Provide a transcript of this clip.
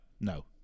no